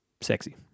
Sexy